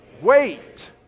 Wait